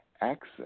access